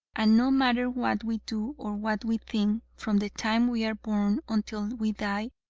and no matter what we do or what we think from the time we are born until we die,